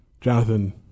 Jonathan